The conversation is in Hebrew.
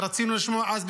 ורצינו לשמוע אז,